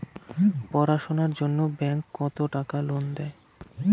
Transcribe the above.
পড়াশুনার জন্যে ব্যাংক কত টাকা লোন দেয়?